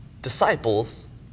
disciples